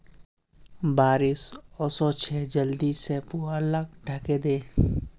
बारिश ओशो छे जल्दी से पुवाल लाक ढके दे